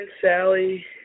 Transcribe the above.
Sally